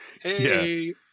hey